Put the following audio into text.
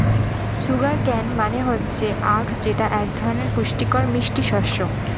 sugar কেন মানে হচ্ছে আঁখ যেটা এক ধরনের পুষ্টিকর মিষ্টি শস্য